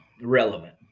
relevant